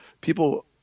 people